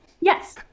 Yes